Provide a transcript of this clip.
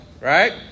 right